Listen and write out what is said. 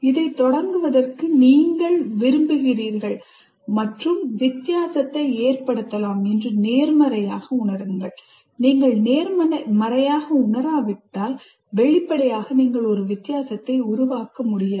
இதை தொடங்குவதற்கு நீங்கள் 'விரும்புகிறீர்கள்' மற்றும் 'வித்தியாசத்தை ஏற்படுத்தலாம்' என்று நேர்மறையாக உணருங்கள் நீங்கள் நேர்மறையாக உணராவிட்டால் வெளிப்படையாக நீங்கள் ஒரு வித்தியாசத்தை உருவாக்க முடியாது